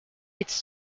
its